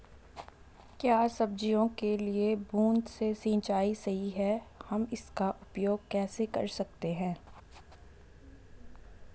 क्या सब्जियों के लिए बूँद से सिंचाई सही है हम इसका उपयोग कैसे कर सकते हैं?